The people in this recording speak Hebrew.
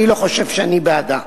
אני לא חושב שאני בעדה.